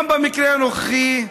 וגם במקרה הנוכחי,